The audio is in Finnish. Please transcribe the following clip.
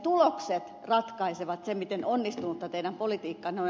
tulokset ratkaisevat sen miten onnistunutta teidän politiikkaanne on